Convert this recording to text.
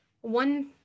one